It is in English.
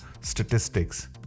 statistics